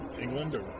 England